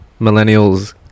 millennials